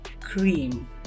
cream